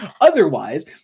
otherwise